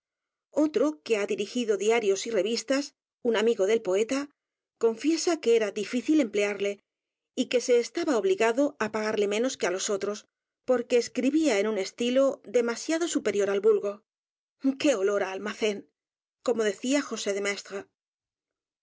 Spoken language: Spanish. otro que h a dirigido diarios y revistas u n amigo del poeta confiesa que era difícil emplearle y que se estaba obligado á pagarle menos que á l o s otros porque escribía en un estilo demasiado superior al vulgo qué olor á almacén como decía josé de